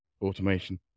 automation